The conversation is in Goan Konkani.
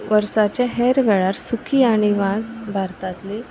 वर्साचे हेर वेळार सुखी आनी वाज भारतांतली